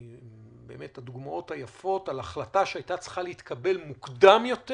אחת הדוגמאות היפות להחלטה שהייתה צריכה להתקבל מוקדם יותר.